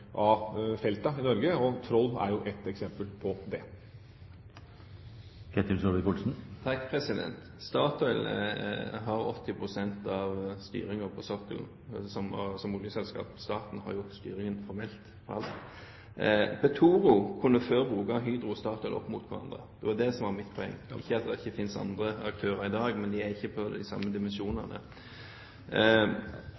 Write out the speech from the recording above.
i Norge, og Troll er jo ett eksempel på det. Statoil som oljeselskap har 80 pst. av styringen på sokkelen. Staten har jo formelt styringen på alt. Petoro kunne før bruke Hydro og Statoil opp mot hverandre. Det var det som var mitt poeng, ikke at det ikke finnes andre aktører i dag. Men de er ikke av de samme